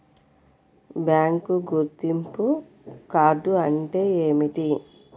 Bank గుర్తింపు card అంటే ఏమిటి?